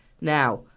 Now